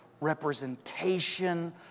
representation